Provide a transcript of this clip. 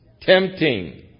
tempting